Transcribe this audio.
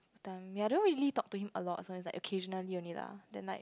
ya i don't really talk to him a lot so it's like occasionally only lah then like